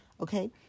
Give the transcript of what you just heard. Okay